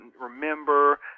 remember